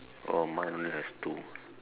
oh mine only have two